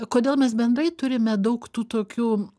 kodėl mes bendrai turime daug tų tokių